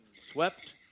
swept